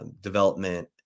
development